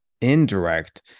indirect